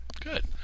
Good